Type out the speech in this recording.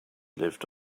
lived